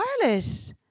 Charlotte